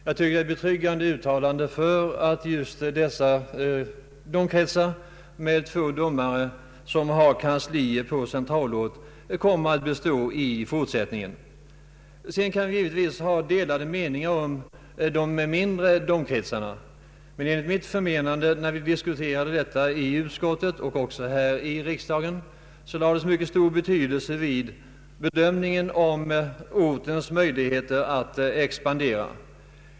Jag tycker att detta uttalande ger betryggande garantier för att de domkretsar med två domare som har kanslier på centralort kommer att består i fortsättningen. Man kan givetvis ha delade meningar om de mindre domkretsarna, men när vi diskuterade detta ärende i utskottet och även här i kamrarna lades enligt mitt förmenande mycket stor vikt vid bedömningen av ortens möjligheter att expandera.